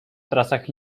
trasach